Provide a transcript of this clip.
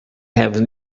have